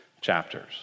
chapters